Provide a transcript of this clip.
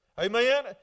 Amen